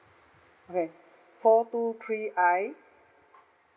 okay four two three I